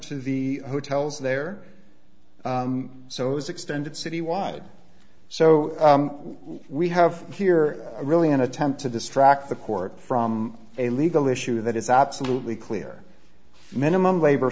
to the hotels there so it was extended citywide so we have here really an attempt to distract the court from a legal issue that is absolutely clear minimum labor